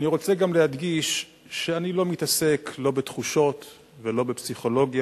אני רוצה גם להדגיש שאני לא מתעסק לא בתחושות ולא בפסיכולוגיה,